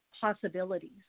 possibilities